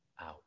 out